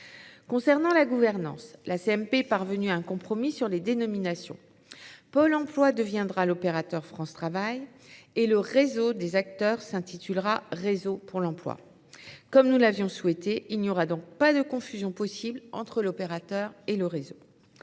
Concernant la gouvernance, la commission mixte paritaire est parvenue à un compromis sur les dénominations : Pôle emploi deviendra l’opérateur « France Travail » et le réseau des acteurs s’intitulera « réseau pour l’emploi ». Comme nous l’avions souhaité, il n’y aura donc pas de confusion possible entre l’opérateur et le réseau.